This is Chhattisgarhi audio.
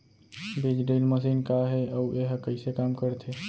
बीज ड्रिल मशीन का हे अऊ एहा कइसे काम करथे?